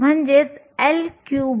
आता अभिव्यक्ती पुन्हा लिहूया